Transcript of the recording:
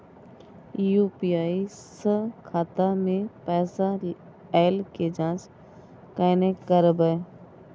UPI स खाता मे पैसा ऐल के जाँच केने करबै?